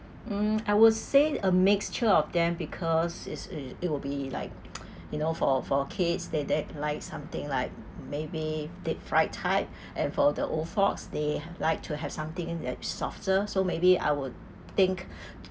mm I would say a mixture of them because is is it will be like you know for for kids they they like something like maybe deep fried type and for the old folks they like to have something uh softer so maybe I would think